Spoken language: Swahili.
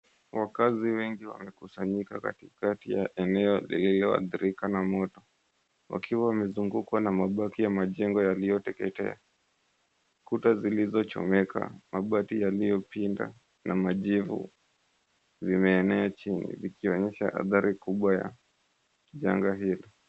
Wakaazi wengi wamekusanyika katikati ya eneo lililoathirika na moto wakiwa wamezungukwa na mabaki ya majengo yaliyoteketea, kuta zilizochomeka, mabati yaliyopinda na majivu vimeenea chini vikionyesha athari kubwa ya janga hili.